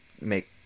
make